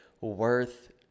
worth